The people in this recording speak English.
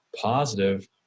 positive